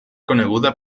coneguda